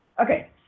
Okay